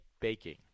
baking